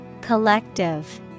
Collective